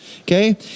okay